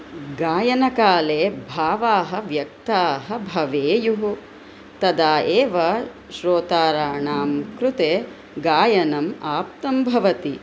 गायनकाले भावाः व्यक्ताः भवेयुः तदा एव श्रोताराणां कृते गायनम् आप्तं भवति